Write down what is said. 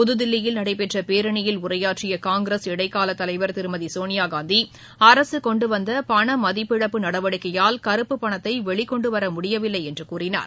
புதுதில்லியில் நடைபெற்ற பேரணியில் உரையாற்றிய காங்கிரஸ் இடைக்காலத் தலைவர் திருமதி சோனியா காந்தி அரசு கொண்டுவந்த பண மதிப்பிழப்பு நடவடிக்கையால் கருப்புப் பணத்தை வெளிக்கொண்டுவர முடியவில்லை என்று கூறினார்